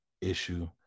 issue